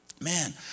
Man